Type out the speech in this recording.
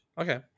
Okay